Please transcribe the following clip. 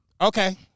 Okay